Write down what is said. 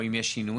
או אם יש שינויים.